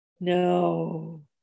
no